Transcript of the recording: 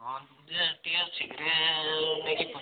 ହଁ ଯେ ଟିକିଏ ଶୀଘ୍ର ଦେଖି କର